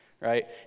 right